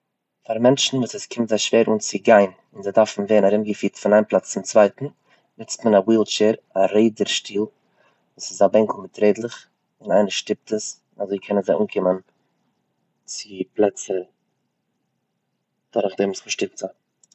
פאר מענטשן וואס עס קומט זיי שווער אן צו גיין און זיי דארפן ווערן ארומגעפירט פון איין פלאץ צום צווייטן נוצט מען א ווילשטער, א רעדער שטיל, ס'איז א בענקל מיט רעדלעך און איינע שטופט עס און אזוי קענען זיי אנקומען צו פלעצער דורכדעם וואס מען שטופט זיי.